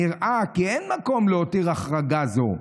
נראה כי אין מקום להותיר החרגה זו,